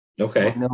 Okay